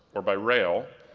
or by rail,